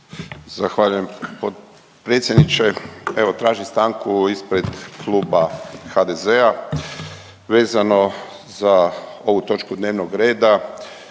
Zahvaljujem potpredsjedniče. Evo tražim stanku ispred kluba HDZ-a, vezano za ovu točku dnevnog reda